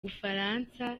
bufaransa